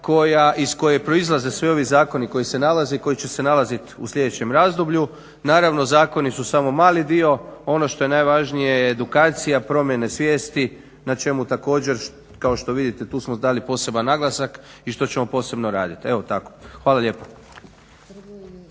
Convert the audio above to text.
iz koje proizlaze svi ovi zakoni koji se nalaze i koji će se nalazit u sljedećem razdoblju. Naravno zakoni su samo mali dio, ono što je najvažnije je edukacija promjene svijesti na čemu također kao što vidite tu smo dali poseban naglasak i što ćemo posebno radit. Hvala lijepa.